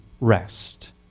rest